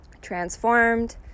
transformed